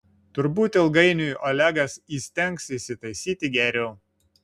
turbūt ilgainiui olegas įstengs įsitaisyti geriau